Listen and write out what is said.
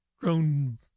grown